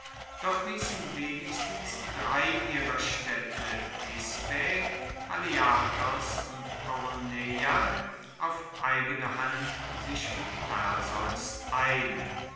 doch liessen wenigstens drei ihrer staedte thisbae haliartos und koroneia auf eigene hand sich mit perseus ein